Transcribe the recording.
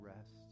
rest